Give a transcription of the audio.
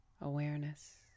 awareness